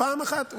פעם אחת.